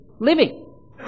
living